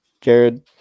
Jared